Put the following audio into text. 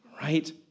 Right